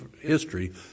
history